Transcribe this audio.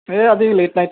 এই আজি late night